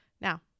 now